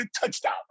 touchdown